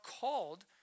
called